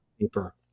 paper